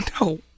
No